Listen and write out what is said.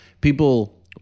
people